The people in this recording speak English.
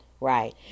right